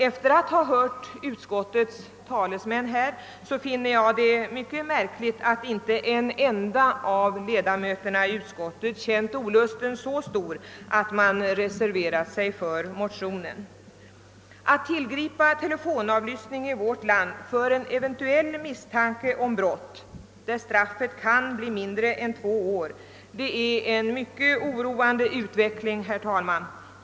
Efter att ha hört utskottets talesmän finner jag det mycket märkligt att inte en enda av ledamöterna i utskottet känt olusten så stor, att man reserverat sig för motionerna. Att man tillgriper telefonavlyssning i vårt land för en eventuell misstanke om brott för vilket straffet kan bli mindre än två år är mycket oroande, herr talman.